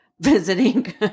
visiting